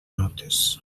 notes